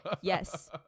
yes